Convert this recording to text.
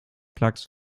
klacks